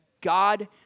God